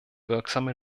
wirksame